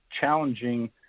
challenging